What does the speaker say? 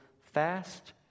fast